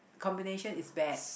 combination is bad